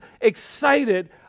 excited